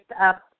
up